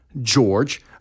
George